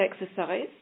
exercise